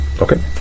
Okay